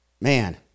man